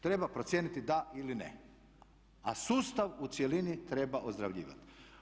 Treba procijeniti da ili ne, a sustav u cjelini treba ozdravljivati.